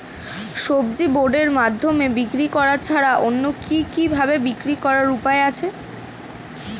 সবজি বন্ডের মাধ্যমে বিক্রি করা ছাড়া অন্য কি কি ভাবে বিক্রি করার উপায় আছে?